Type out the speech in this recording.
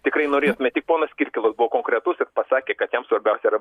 tikrai norėtume tik ponas kirkilas buvo konkretus ir pasakė kad jam svarbia yra